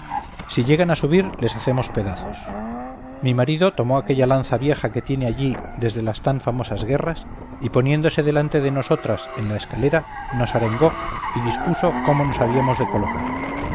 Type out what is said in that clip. si llegan a subir les hacemos pedazos mi marido tomó aquella lanza vieja que tiene allí desde las tan famosas guerras y poniéndose delante de nosotras en la escalera nos arengó y dispuso cómo nos habíamos decolocar